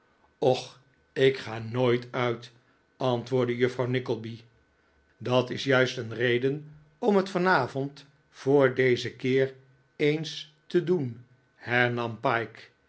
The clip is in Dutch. och ik ga nooit uit antwoordde juffrouw nickleby dat is juist een reden om het vanavond voor dezen keer eens te doen hernam pyke